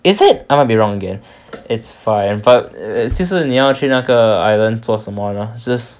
is it I might be wrong it's five A_M 就是你要去那个 island 做什么呢 just